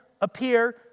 appear